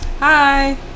hi